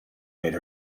made